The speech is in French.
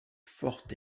forte